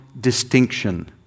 distinction